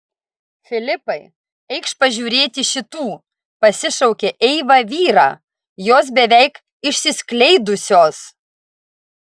filipai eikš pažiūrėti šitų pasišaukė eiva vyrą jos beveik išsiskleidusios